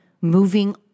moving